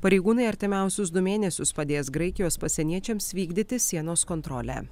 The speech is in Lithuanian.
pareigūnai artimiausius du mėnesius padės graikijos pasieniečiams vykdyti sienos kontrolę